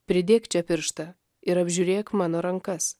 pridėk čia pirštą ir apžiūrėk mano rankas